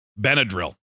Benadryl